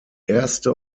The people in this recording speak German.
erste